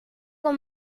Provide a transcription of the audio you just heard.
con